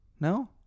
No